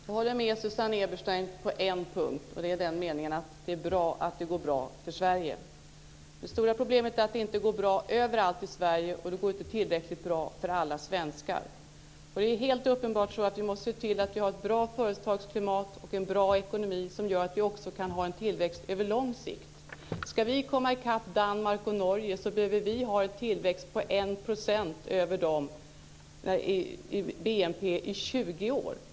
Fru talman! Jag håller med Susanne Eberstein på en punkt. Det är bra att det går bra för Sverige. Det stora problemet är att det inte går bra överallt i Sverige, och det går inte tillräckligt bra för alla svenskar. Det är helt uppenbart så att vi måste se till att vi har ett bra företagsklimat och en bra ekonomi som gör att vi också kan ha en tillväxt över lång sikt. Ska vi komma i kapp Danmark och Norge behöver i ha en tillväxt på 1 % över dem i BNP i 20 år.